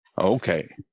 okay